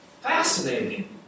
fascinating